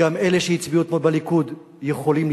גם אלה שהצביעו אתמול בליכוד יכולים,